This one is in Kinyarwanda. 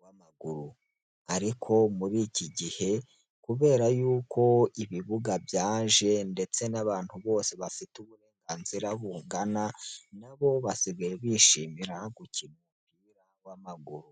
w'amaguru ariko muri iki gihe kubera yuko ibibuga byaje ndetse n'abantu bose bafite uburenganzira bungana, nabo basigaye bishimira gukina umupira wmaguru.